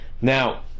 Now